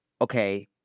okay